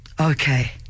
Okay